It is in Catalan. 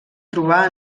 trobar